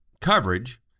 coverage